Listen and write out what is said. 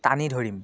টানি ধৰিম